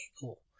cool